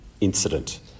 incident